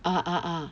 ah ah ah